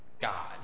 God